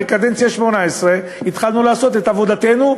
בקדנציה השמונה-עשרה התחלנו לעשות את עבודתנו,